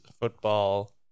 football